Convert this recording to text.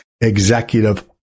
executive